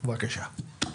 בבקשה.